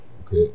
Okay